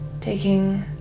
taking